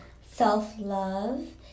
self-love